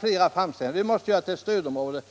Flera framställningar härom har gjorts.